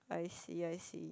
I see I see